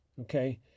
Okay